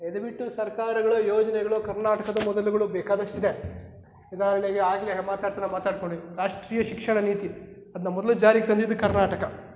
ಇದು ಬಿಟ್ಟು ಸರ್ಕಾರಗಳ ಯೋಜನೆಗಳು ಕರ್ನಾಟಕದ ಮೊದಲುಗಳು ಬೇಕಾದಷ್ಟಿದೆ ಉದಾಹರಣೆಗೆ ಆಗಲೇ ಹೇಗೆ ಮಾತಾಡ್ತೀರ ಮಾತಾಡಿಕೊಳ್ಳಿ ರಾಷ್ಟ್ರೀಯ ಶಿಕ್ಷಣ ನೀತಿ ಅದನ್ನ ಮೊದಲು ಜಾಗೆ ತಂದಿದ್ದು ಕರ್ನಾಟಕ